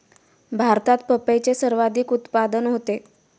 भारतात पपईचे सर्वाधिक उत्पादन होते